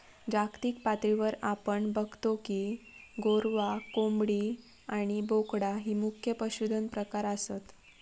जागतिक पातळीवर आपण बगतो की गोरवां, कोंबडी आणि बोकडा ही मुख्य पशुधन प्रकार आसत